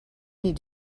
need